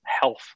health